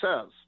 says